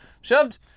shoved